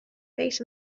face